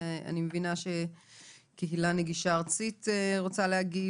אני מבינה שקהילה נגישה ארצית רוצה להגיב